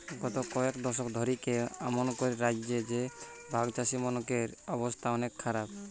গত কয়েক দশক ধরিকি আমানকের রাজ্য রে ভাগচাষীমনকের অবস্থা অনেক খারাপ